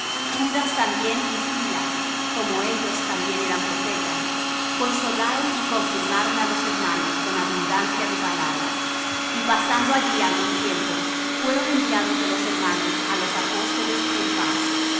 judas también y silas como ellos también eran profetas consolaron y confirmaron á los hermanos con abundancia de palabra y pasando allí algún tiempo fueron enviados de los hermanos á los apóstoles en paz